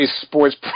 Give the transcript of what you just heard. sports